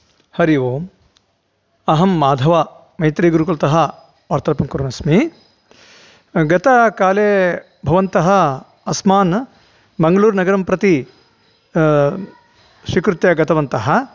हरि ओम् अहं माधव मैत्रेयी गुरुकुलतः वार्तालापं कुर्वन्नस्मि गतकाले भवन्तः अस्मान् मङ्गलूरुनगरं प्रति स्वीकृत्य गतवन्तः